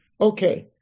Okay